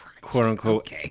quote-unquote